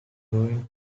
ruined